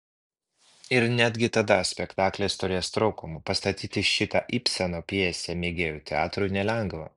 ir netgi tada spektaklis turės trūkumų pastatyti šitą ibseno pjesę mėgėjų teatrui nelengva